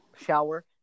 shower